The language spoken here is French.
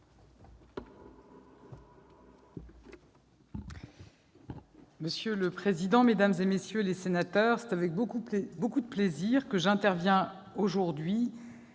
Monsieur le président, mesdames, messieurs les sénateurs, c'est avec beaucoup de plaisir que j'interviens aujourd'hui